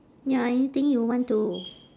ya anything you want to